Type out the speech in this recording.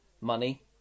money